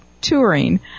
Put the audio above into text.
touring